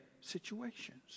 situations